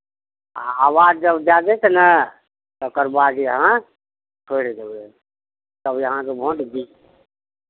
आ आवाज जब दए देत ने तकर बाद अहाँ छोड़ि देबै तब अहाँके भोट गिर